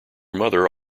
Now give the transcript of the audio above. mother